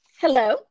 hello